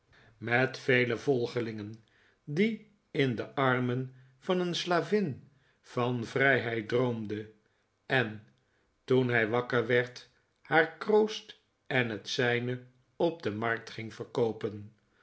met vele volgelingen die in de armen van een slavin van vrijheid droomde en toen hij wakker werd haar kroost en het zijne op de markt ging